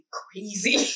crazy